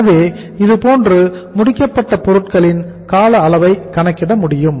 எனவே இதுபோன்று முடிக்கப்பட்ட பொருட்களின் கால அளவை கணக்கிட முடியும்